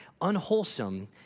Unwholesome